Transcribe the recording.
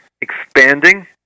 expanding